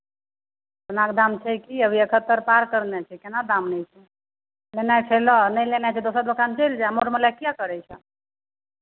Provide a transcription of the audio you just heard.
सोनाके दाम छै की अभी एकहत्तरि पार कयने छै केना दाम नहि छै लेनाइ छै लऽ नहि लेनाइ छै दोसर दोकान चलि जाय मर मोलाइ किएक करै छह